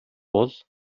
бол